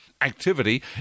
Activity